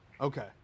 okay